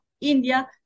India